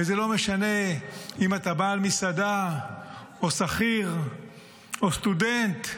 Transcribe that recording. וזה לא משנה אם אתה בעל מסעדה או שכיר או סטודנט,